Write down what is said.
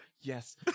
Yes